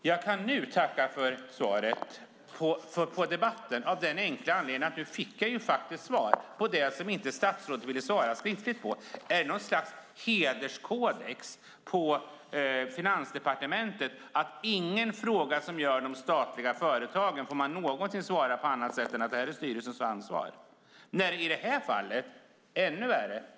Herr talman! Jag kan nu tacka för svaren av den enkla anledningen att jag nu faktiskt fick svar på det som statsrådet inte ville svara skriftligt på. Är det något slags hederskodex på Finansdepartementet att ingen fråga som rör de statliga företagen får man någonsin svara på på något annat sätt än att detta är styrelsens ansvar? I detta fall var det ännu värre.